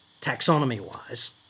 taxonomy-wise